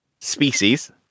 Species